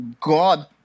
God